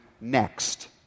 next